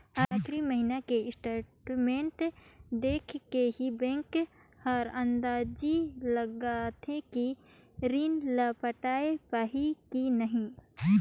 आखरी महिना के स्टेटमेंट देख के ही बैंक हर अंदाजी लगाथे कि रीन ल पटाय पाही की नही